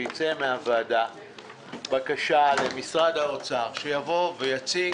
שתצא מהוועדה בקשה למשרד האוצר שיבוא ויציג